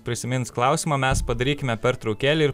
prisimins klausimą mes padarykime pertraukėlę ir